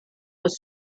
was